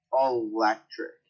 electric